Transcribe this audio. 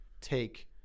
take